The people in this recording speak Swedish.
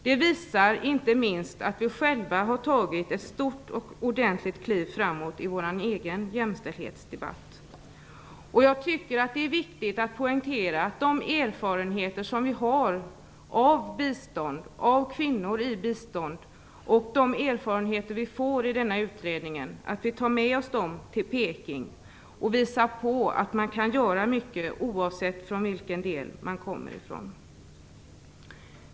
Det visar inte minst att vi själva har tagit ett stort och ordentligt kliv framåt i vår egen jämställdhetsdebatt. Jag tycker att det är viktigt att poängtera de erfarenheter som vi har av bistånd, av kvinnor i bistånd och de erfarenheter vi får i denna utredning och att vi tar med dem till Peking och visar på att man kan göra mycket oavsett från vilken del av världen man kommer.